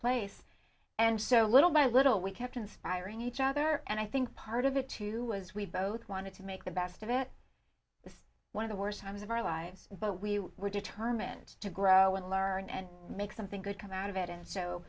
place and so little by little we kept inspiring each other and i think part of it too was we both wanted to make the best of it one of the worst times of our lives but we were determined to grow and learn and make something good come out of it and so